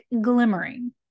glimmering